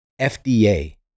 FDA